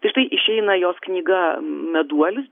tai štai išeina jos knyga meduolis